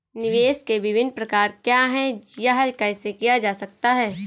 निवेश के विभिन्न प्रकार क्या हैं यह कैसे किया जा सकता है?